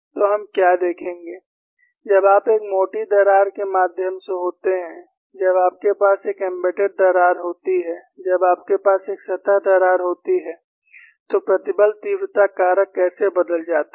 तो हम क्या देखेंगे जब आप एक मोटी दरार के माध्यम से होते हैं जब आपके पास एक एम्बेडेड दरार होती है जब आपके पास एक सतह दरार होती है तो प्रतिबल तीव्रता कारक कैसे बदल जाता है